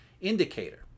indicator